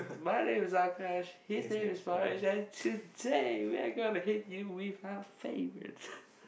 my name is Akash his name is Parish and today we are going to hit you with our favourites